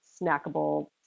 snackable